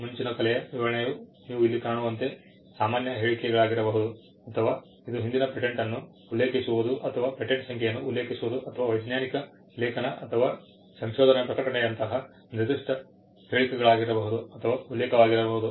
ಮುಂಚಿನ ಕಲೆಯ ವಿವರಣೆಯು ನೀವು ಇಲ್ಲಿ ಕಾಣುವಂತೆ ಸಾಮಾನ್ಯ ಹೇಳಿಕೆಗಳಾಗಿರಬಹುದು ಅಥವಾ ಇದು ಹಿಂದಿನ ಪೇಟೆಂಟ್ ಅನ್ನು ಉಲ್ಲೇಖಿಸುವುದು ಅಥವಾ ಪೇಟೆಂಟ್ ಸಂಖ್ಯೆಯನ್ನು ಉಲ್ಲೇಖಿಸುವುದು ಅಥವಾ ವೈಜ್ಞಾನಿಕ ಲೇಖನ ಅಥವಾ ಸಂಶೋಧನಾ ಪ್ರಕಟಣೆಯಂತಹ ನಿರ್ದಿಷ್ಟ ಹೇಳಿಕೆಗಳಾಗಿರಬಹುದು ಅಥವಾ ಉಲ್ಲೇಖವಾಗಿರಬಹುದು